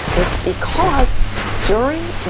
it's because during,